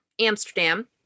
Amsterdam